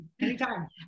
Anytime